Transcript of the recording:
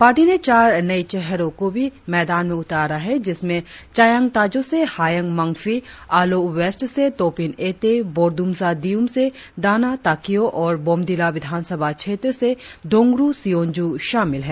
party ने चार नए चेहरों को भी मैदान में उतारा है जिसमें चायांग ताजो से हायेंग मंगफी आलो वेस्ट से तोपिन एते बोरदुमसा दियुम से डाना ताकियो और बोमडिला विधानसभा क्षेत्र से दोंग्र सियोंजू शामिल है